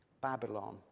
Babylon